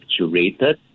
curated